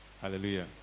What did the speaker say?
Hallelujah